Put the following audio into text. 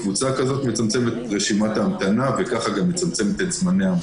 מצמצמת את רשימת ההמתנה ואת זמני ההמתנה.